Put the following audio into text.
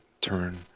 turn